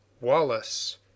wallace